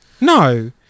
No